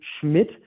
Schmidt